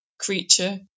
Creature